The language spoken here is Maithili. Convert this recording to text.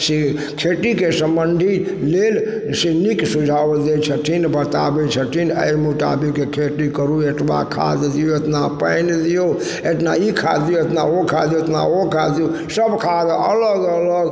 से खेतीके सम्बन्धित लेल से नीक सुझाव दै छथिन बताबय छथिन अइ मुताबिक खेती करू अतबा खाद दियौ इतना पानि दियौ इतना ई खाद दियौ इतना ओ खाद दियौ इतना ओ खाद दियौ सब खाद अलग अलग